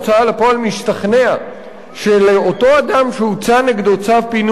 לפועל משתכנע שלאותו אדם שהוצא נגדו צו פינוי,